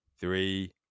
three